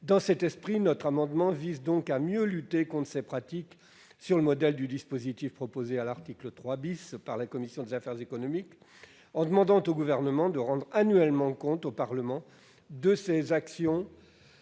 Dans cet esprit, notre amendement vise à mieux lutter contre ces pratiques, sur le modèle du dispositif proposé à l'article 3 par la commission des affaires économiques : en obligeant le Gouvernement à rendre annuellement compte au Parlement de ses actions